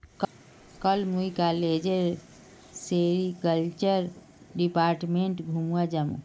कल मुई कॉलेजेर सेरीकल्चर डिपार्टमेंट घूमवा जामु